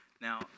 Now